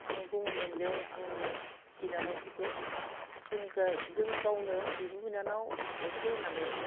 आं बुङोमोन जे आंनि बिनानावफोरखो जों गा जों गावनो बिब' बिनानाव असे होननानै